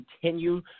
continue